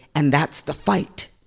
and that's the fight.